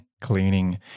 cleaning